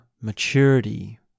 maturity